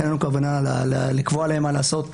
אין לנו כוונה לקבוע להם מה לעשות,